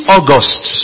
August